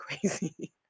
crazy